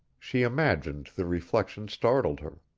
she imagined the reflection startled her.